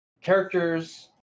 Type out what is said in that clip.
characters